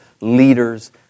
leaders